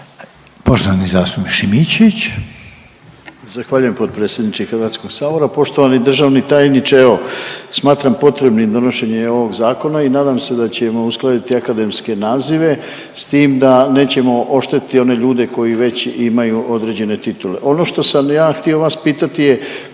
Poštovani zastupnik Pavić.